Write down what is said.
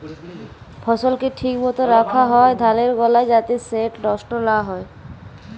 ফসলকে ঠিক মত রাখ্যা হ্যয় ধালের গলায় যাতে সেট লষ্ট লা হ্যয়